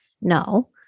No